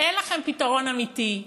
אין לכם פתרון אמיתי.